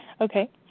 Okay